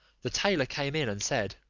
the tailor came in and said,